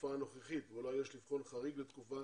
לתקופה הנוכחית ואולי יש לבחון חריג לתקופה